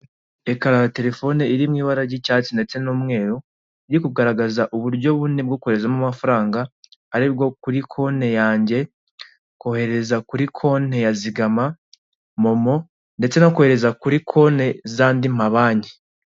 Ekara ya telefone iri mu ibara ry'icyatsi, ndetse n'umweru, iri kugaragaza uburyo bune bwo koherezamo amafaranga, ari kuri konti yanjye, kohereza kuri konti ya zigama, momo, ndetse no kohereza kuri konti z'andi ma banki.